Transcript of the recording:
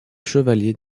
chevalier